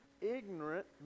ignorant